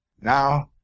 now